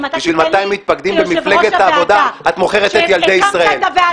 בשביל 200 מתפקדים במפלגת העבודה את מוכרת את ילדי ישראל.